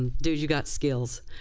dude you got skills.